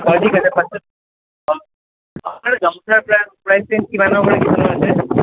হয় ঠিক আছে ফাৰ্ষ্টত অঁ আপোনাৰ গামোচাৰ প্ৰা প্ৰাইচ ৰেঞ্জ কিমানৰ পৰা কিমানৰ আছে